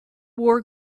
wore